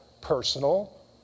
personal